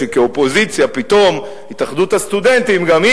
שכאופוזיציה פתאום התאחדות הסטודנטים גם היא